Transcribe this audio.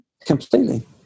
Completely